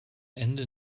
ende